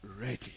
ready